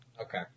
Okay